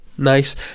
Nice